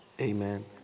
Amen